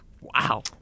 Wow